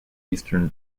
eastern